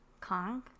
Kong